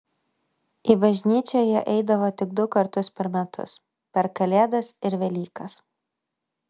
į bažnyčią jie eidavo tik du kartus per metus per kalėdas ir velykas